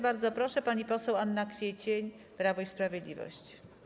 Bardzo proszę, pani poseł Anna Kwiecień, Prawo i Sprawiedliwość.